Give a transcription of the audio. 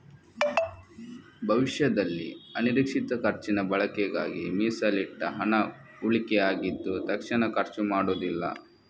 ಭವಿಷ್ಯದಲ್ಲಿ ಅನಿರೀಕ್ಷಿತ ಖರ್ಚಿನ ಬಳಕೆಗಾಗಿ ಮೀಸಲಿಟ್ಟ ಹಣ ಉಳಿಕೆ ಆಗಿದ್ದು ತಕ್ಷಣ ಖರ್ಚು ಮಾಡುದಿಲ್ಲ